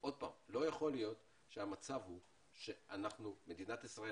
לא יכול להיות שהמצב הוא שמדינת ישראל